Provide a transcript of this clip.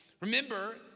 Remember